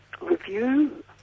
review